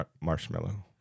marshmallow